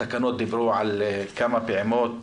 התקנות דיברו על כמה פעימות,